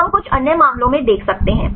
तो हम कुछ अन्य मामलों में देख सकते हैं